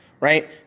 right